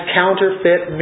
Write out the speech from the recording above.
counterfeit